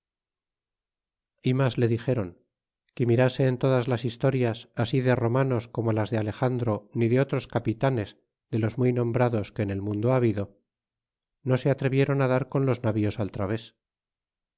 y mas le dixéron que mirase en todas las historias así de romanos como las de alexandro ni de otros capitanes de los muy nombrados que en el mundo ha habido no se atrevieron a dar con los navíos al través